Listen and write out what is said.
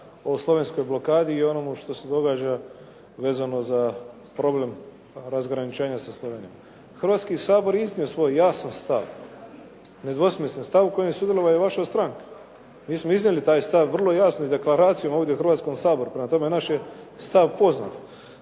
o slovenskoj blokadi i o onome što se događa vezano za problem razgraničenja sa Slovenijom. Hrvatski sabor je iznio svoj jasan stav, nedvosmislen stav u kojem je sudjelovala i vaša stranka. Mi smo iznijeli taj stav vrlo jasno s deklaracijom ovdje u Hrvatskom saboru, prema tome naš je stav poznat.